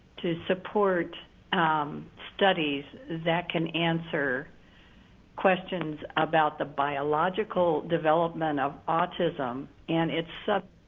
to support um studies that can answer questions about the biological development of autism and its